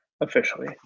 officially